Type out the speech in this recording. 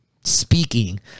speaking